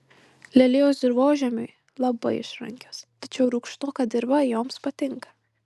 lelijos dirvožemiui labai išrankios tačiau rūgštoka dirva joms patinka